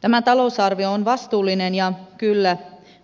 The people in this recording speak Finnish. tämä talousarvio on vastuullinen ja kyllä